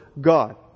God